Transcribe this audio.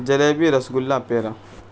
jalebi rasgulla پیڑا